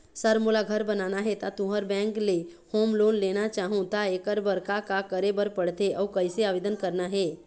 Sir मोला घर बनाना हे ता तुंहर बैंक ले होम लोन लेना चाहूँ ता एकर बर का का करे बर पड़थे अउ कइसे आवेदन करना हे?